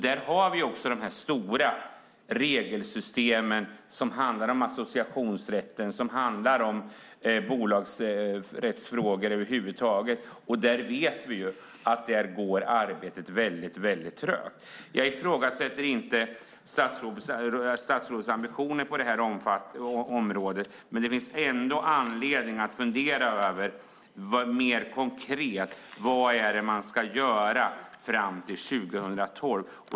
Där har vi också stora regelsystem som handlar om associationsrätten och om bolagsrättsfrågor över huvud taget. Där vet vi att arbetet går mycket trögt. Jag ifrågasätter inte statsrådets ambitioner på detta område, men det finns ändå anledning att mer konkret fundera över vad det är man ska göra fram till 2012.